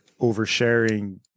oversharing